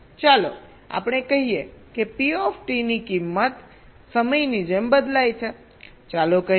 ચાલો આપણે કહીએ કે P ની કિંમત સમયની જેમ બદલાય છે ચાલો કહીએ